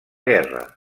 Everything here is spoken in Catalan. guerra